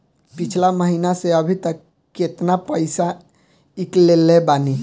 पिछला महीना से अभीतक केतना पैसा ईकलले बानी?